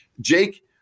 Jake